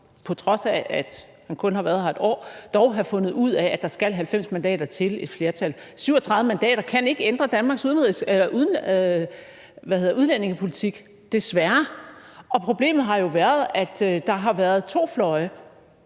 på trods af han kun har været her et år, dog have fundet ud af, at der skal 90 mandater til et flertal. 37 mandater kan ikke ændre Danmarks udlændingepolitik – desværre. Og problemet har jo været, at der har været to fløje,